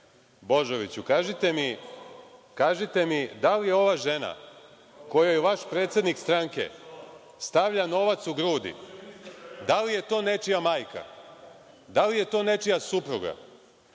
Božoviću, kažite mi da li ova žena kojoj vaš predsednik stranke stavlja novac u grudi, da li je to nečija majka? Da li je to nečija supruga?